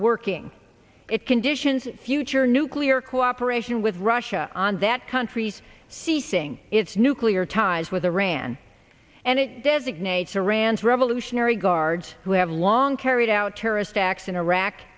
working it conditions future nuclear cooperation with russia on that country's ceasing its nuclear ties with iran and it designates iran's revolutionary guards who have long carried out terrorist acts in iraq